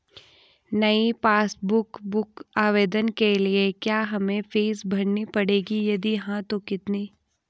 नयी passbook book आवेदन के लिए क्या हमें फीस भरनी पड़ेगी यदि हाँ तो कितनी?